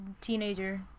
teenager